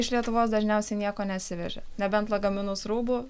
iš lietuvos dažniausiai nieko nesivežė nebent lagaminus rūbų